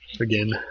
again